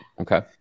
Okay